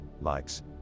likes